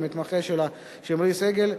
למתמחה שלה שמרי סגל,